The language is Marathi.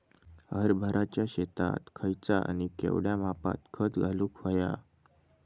हरभराच्या शेतात खयचा आणि केवढया मापात खत घालुक व्हया?